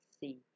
see